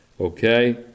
Okay